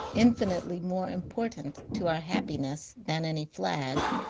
infinitely more important to our happiness than any flag,